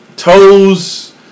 Toes